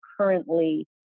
currently